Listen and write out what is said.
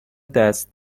دست